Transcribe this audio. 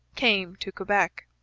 came to quebec.